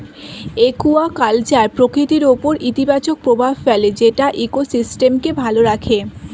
aquaculture প্রকৃতির উপর ইতিবাচক প্রভাব ফেলে যেটা ইকোসিস্টেমকে ভালো রাখে